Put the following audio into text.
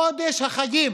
חודש החגים.